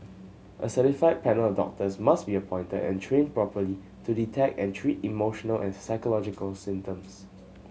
a certified panel of doctors must be appointed and trained properly to detect and treat emotional and psychological symptoms